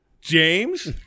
James